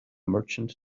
merchant